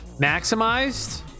maximized